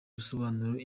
bisobanura